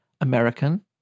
American